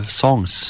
songs